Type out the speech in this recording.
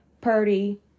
Purdy